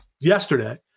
yesterday